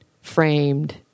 framed